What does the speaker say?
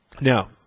Now